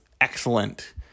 excellent